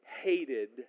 hated